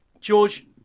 George